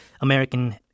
American